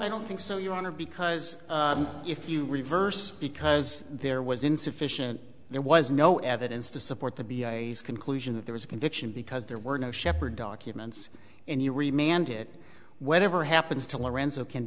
i don't think so your honor because if you reverse because there was insufficient there was no evidence to support the b conclusion that there was a conviction because there were no shepherd documents and you remain and it whenever happens to lorenzo can